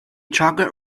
chocolate